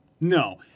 No